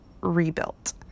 rebuilt